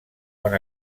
quan